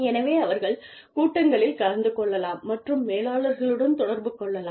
எனவே அவர்கள் கூட்டங்களில் கலந்து கொள்ளலாம் மற்றும் மேலாளர்களுடன் தொடர்பு கொள்ளலாம்